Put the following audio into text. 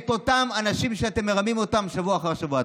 את אותם אנשים שאתם מרמים אותם שבוע אחר שבוע.